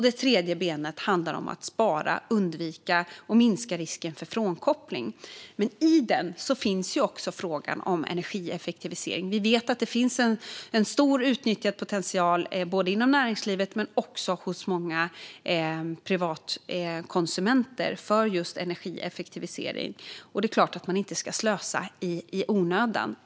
Det tredje handlar om att spara för att undvika och minska risken för frånkoppling. Men i detta finns också frågan om energieffektivisering. Vi vet att det finns en stor outnyttjad potential inom näringslivet men också hos många privata konsumenter för just energieffektivisering. Det är klart att man inte ska slösa i onödan.